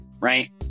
right